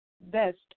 Best